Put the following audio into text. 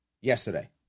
yesterday